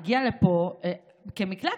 היא הגיעה לפה כמקלט,